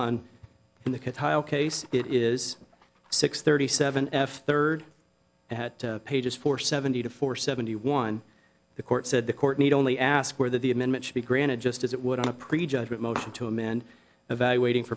on in the case it is six thirty seven f third pages four seventy two four seventy one the court said the court need only ask where the amendment should be granted just as it would on a prejudgment motion to amend evaluating